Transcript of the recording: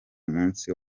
munsi